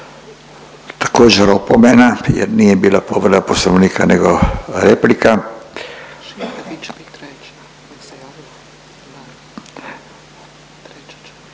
Također opomena jer nije bila povreda Poslovnika nego replika. Gospođa Šimpraga